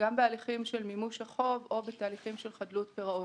בתהליכים של חדלות פירעון,